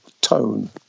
tone